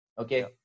Okay